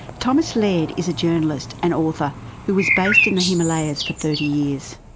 thomas laird is a journalist and author who was based in the himalayas for thirty years.